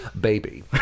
baby